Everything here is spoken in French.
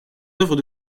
œuvres